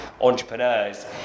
entrepreneurs